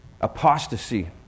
apostasy